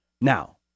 Now